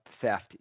theft